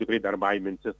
tikrai dar baiminsis